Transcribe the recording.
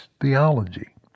theology